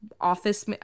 office